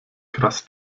krass